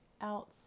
else